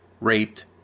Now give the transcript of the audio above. raped